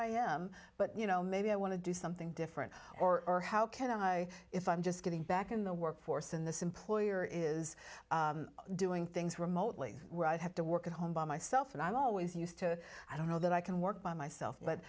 i am but you know maybe i want to do something different or how can i if i'm just getting back in the workforce in this employer is doing things remotely where i have to work at home by myself and i'm always used to i don't know that i can work by myself but